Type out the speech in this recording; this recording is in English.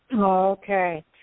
Okay